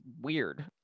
weird